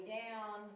down